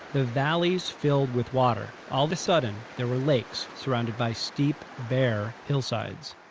the valleys filled with water. all of a sudden, there were lakes surrounded by steep bare hillsides.